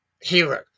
hero